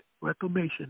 Reclamation